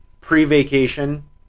pre-vacation